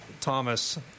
Thomas